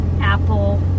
Apple